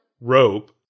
Rope